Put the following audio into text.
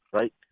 right